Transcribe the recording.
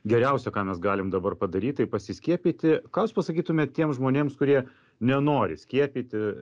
geriausia ką mes galim dabar padaryti pasiskiepyti ką jūs pasakytumėt tiems žmonėms kurie nenori skiepyti